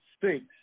six